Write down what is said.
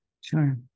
Sure